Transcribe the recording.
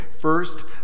first